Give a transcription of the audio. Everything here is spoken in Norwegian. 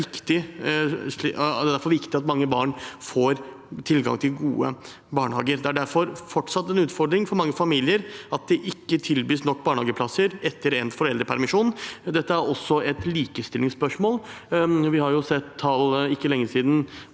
det er derfor viktig at mange barn får tilgang til gode barnehager. Det er derfor fortsatt en utfordring for mange familier at det ikke tilbys nok barnehageplasser etter endt foreldrepermisjon. Dette er også et likestillingsspørsmål. Vi har sett tall for ikke lenge siden,